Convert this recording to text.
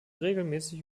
regelmäßig